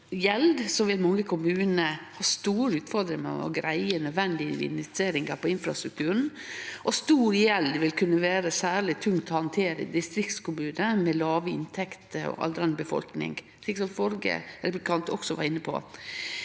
gjeld, vil mange kommunar ha store utfordringar med å greie nødvendige investeringar på infrastrukturen, og stor gjeld vil kunne vere særleg tungt å handtere i distriktskommunar med låge inntekter og aldrande befolkning, slik representanten Wiborg også var inne på.